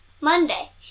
Monday